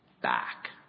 Back